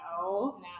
No